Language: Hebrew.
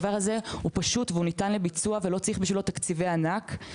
לא צריך בשבילו תקציבי ענק.